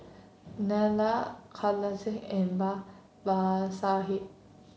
Neila Kailash and Babasaheb